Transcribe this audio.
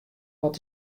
wat